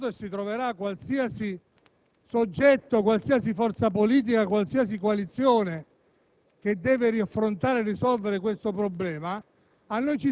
trova, si è trovato e si troverà qualsiasi soggetto, qualsiasi forza politica, qualsiasi coalizione